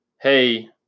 hey